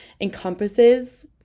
encompasses